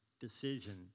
decision